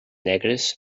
negres